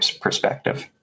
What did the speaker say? perspective